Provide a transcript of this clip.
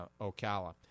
Ocala